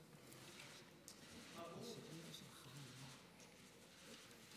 (חותם על ההצהרה)